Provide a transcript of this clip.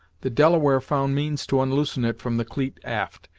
the delaware found means to unloosen it from the cleet aft,